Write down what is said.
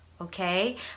okay